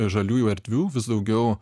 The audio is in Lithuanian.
žaliųjų erdvių vis daugiau